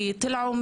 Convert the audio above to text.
ידוע שישיבת הוועדה